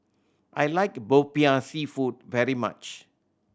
I like Popiah Seafood very much